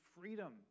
freedom